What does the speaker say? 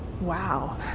Wow